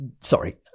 sorry